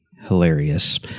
hilarious